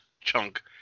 Chunk